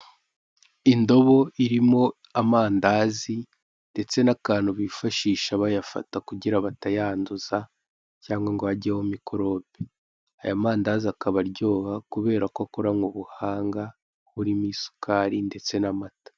Indobo irimo amandazi ndetse n'akantu bifashisha bayafata kugira ngo batayanduza cyangwa ngo hageho mikorobe. Aya mandazi akaba aryoha kubere ko akoranywe ubuhanga burimo isukari ndetse n'amata.